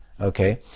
Okay